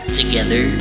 together